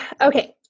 Okay